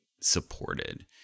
supported